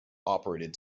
operated